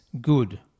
good